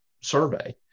survey